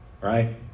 Right